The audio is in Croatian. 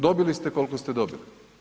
Dobili ste koliko ste dobili.